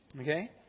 Okay